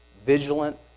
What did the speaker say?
Vigilant